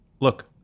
look